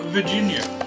Virginia